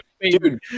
Dude